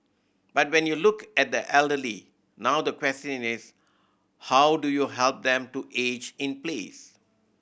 but when you look at the elderly now the question is how do you help them to age in place